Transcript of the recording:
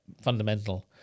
fundamental